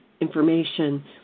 information